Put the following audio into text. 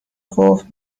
گفت